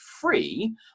free